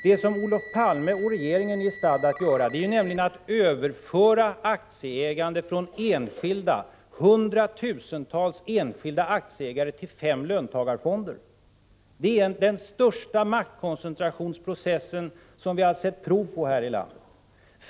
Det som Olof Palme och regeringen är i färd med att göra är nämligen att överföra aktieägande från hundratusentals enskilda aktieägare till fem löntagarfonder. Det är den största maktkoncentrationsprocess som vi har sett prov på här i landet.